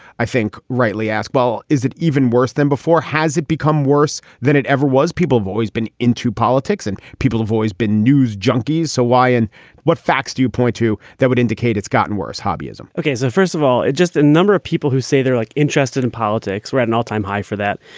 i think rightly ask, well, is it even worse than before? has it become worse than it ever was? people have always been into politics and people have always been news junkies. so why and what facts do you point to that would indicate it's gotten worse? lobbyism ok, so first of all, it just a number of people who say they're like interested in politics. we're at an all time high for that.